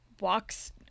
walks